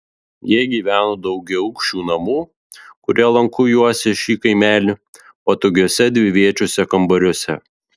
jie gyveno daugiaaukščių namų kurie lanku juosė šį kaimelį patogiuose dviviečiuose kambariuose